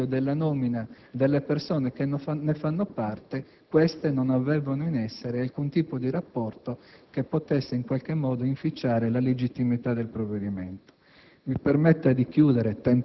all'atto dell'insediamento, o meglio della nomina delle persone che fanno parte dell'ARAN, queste non avevano in essere alcun tipo di rapporto che potesse in qualche modo inficiare la legittimità del provvedimento.